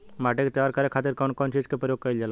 माटी के तैयार करे खातिर कउन कउन चीज के प्रयोग कइल जाला?